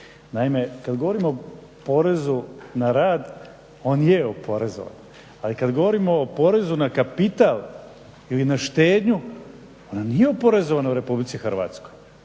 Naime, kad govorimo o porezu na rad on je oporezovan, ali kad govorimo o porezu na kapital ili na štednju ona nije oporezovana u Republici Hrvatskoj.